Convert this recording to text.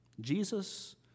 Jesus